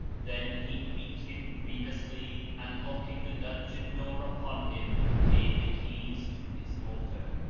then he beat him grievously and locking the dungeon door upon him, gave the keys to his daughter.